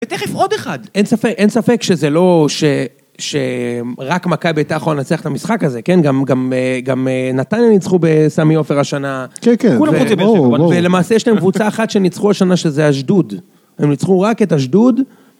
ותכף עוד אחד. אין ספק, אין ספק שזה לא, ש.. ש.. רק מכבי היתה יכולה לנצח את המשחק הזה, כן? גם.. גם אה.. גם אה.. נתניה ניצחו בסמי עופר השנה. כן, כן. ולמעשה יש להם קבוצה אחת שניצחו השנה שזה אשדוד. הם ניצחו רק את אשדוד.